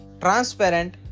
transparent